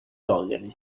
dollari